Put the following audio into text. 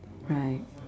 right